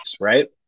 right